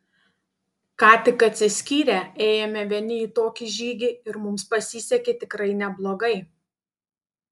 ką tik atsiskyrę ėjome vieni į tokį žygį ir mums pasisekė tikrai neblogai